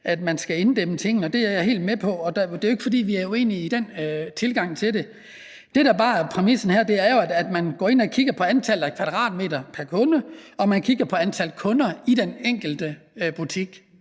at man skal inddæmme tingene, og det er jeg helt med på. Det er jo ikke, fordi vi er uenige i den tilgang til det. Det, der bare er præmissen her, er jo, at man går ind og kigger på antallet af kvadratmeter pr. kunde og man kigger på antal kunder i den enkelte butik.